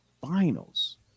finals